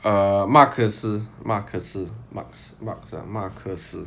uh 马克思马克思 marx marx ah 马克思